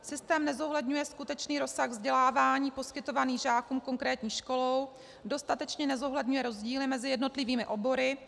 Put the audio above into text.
Systém nezohledňuje skutečný rozsah vzdělávání poskytovaný žákům konkrétní školou, dostatečně nezohledňuje rozdíly mezi jednotlivými obory.